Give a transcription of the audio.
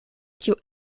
kiu